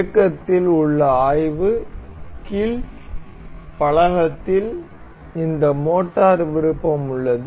இயக்கத்தில் உள்ள ஆய்வு கீழ் பலகத்தில் இந்த மோட்டார் விருப்பம் உள்ளது